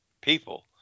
people